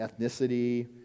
ethnicity